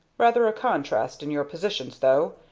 rather a contrast in your positions, though.